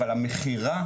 אבל המכירה,